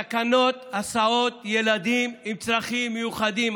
של תקנות הסעות לילדים עם צרכים מיוחדים.